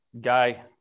guy